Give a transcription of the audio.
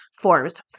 forms